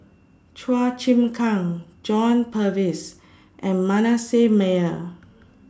Chua Chim Kang John Purvis and Manasseh Meyer